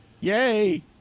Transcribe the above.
yay